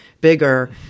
bigger